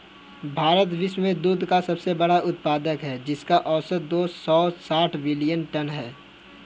भारत विश्व में दुग्ध का सबसे बड़ा उत्पादक है, जिसका औसत दो सौ साठ मिलियन टन है